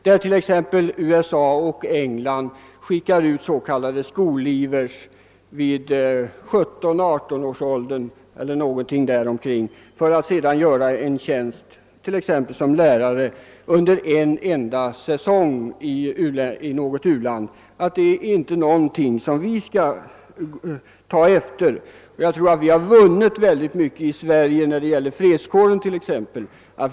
USA och England skickar t.ex. ut s.k. school-leavers vid 17—18 års ålder eller någonting däromkring. Dessa skall sedan tjänstgöra som t.ex. lärare under en enda säsong i något u-land. Detta är inte någonting att ta efter. Jag tror att vi i Sverige vunnit mycket när det gäller t.ex. fredskåren.